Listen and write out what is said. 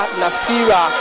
nasira